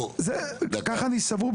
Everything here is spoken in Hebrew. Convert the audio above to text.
כך אני סבור.